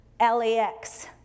LAX